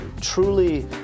truly